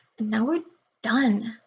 now we're done.